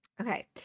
Okay